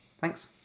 Thanks